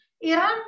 Iran